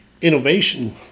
innovation